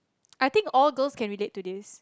I think all girls can relate to this